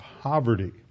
poverty